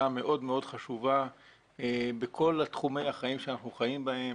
מאוד מאוד חשובה בכל תחומי החיים שאנחנו חיים בהם.